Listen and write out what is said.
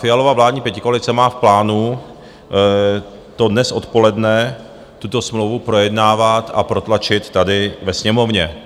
Fialova vládní pětikoalice má v plánu dnes odpoledne tuto smlouvu projednávat a protlačit tady ve Sněmovně.